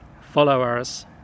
followers